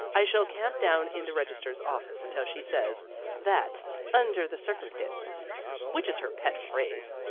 i shall camp down in the registrar's office until she says that under the circumstances which is her pet phrase,